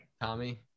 Tommy